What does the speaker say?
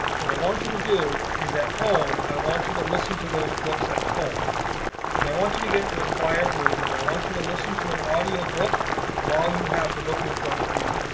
what i want you to do is at home i want you to listen to those books at home and i want you to get in a quiet room and i want you to listen to an audio book while you have the book in front of you.